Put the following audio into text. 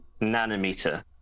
nanometer